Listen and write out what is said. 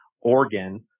organ